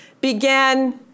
began